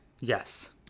Yes